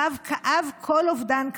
הרב כאב כל אובדן כזה,